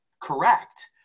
correct